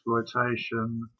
exploitation